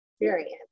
experience